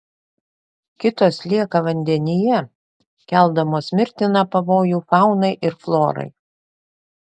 kitos lieka vandenyje keldamos mirtiną pavojų faunai ir florai